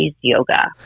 yoga